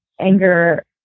anger